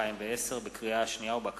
מאת